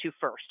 first